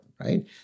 right